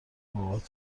بابات